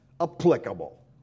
applicable